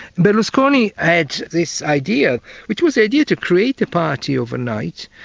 berlusconi had this idea which was the idea to create a party overnight,